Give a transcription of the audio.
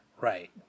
Right